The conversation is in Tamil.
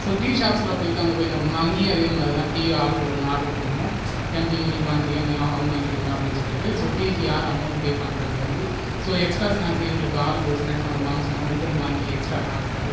ஸோ டீ ஷாப்ஸ்யில் போயிட்டு அங்கே போயி என்ன பண்ணுவோம்னா அங்கேயும் அதே மாதிரிதான் டீ ஆளுக்கு ஒன்று ஆர்டர் பண்ணுவோம் என் டீயை நீ வாங்கிக்கிறியா இல்லையா அவங்க வாங்கிக்கிறிங்களா அப்படினு சொல்லிகிட்டு ஸோ டீக்கு யார் அமௌன்ட் பே பண்ணுறதுலருந்து ஸோ எக்ஸ்ட்ரா ஸ்னாக்சயும் இவங்களுக்கு ஆளுக்கு ஒரு ஸ்னாக்ஸ் வாங்க வாங்க சொன்னால் ரெண்டு ரெண்டு வாங்கி எக்ஸ்ட்ரா சாப்பிடுறது